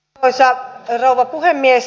arvoisa rouva puhemies